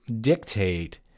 dictate